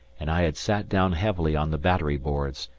and i had sat down heavily on the battery boards,